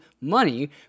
money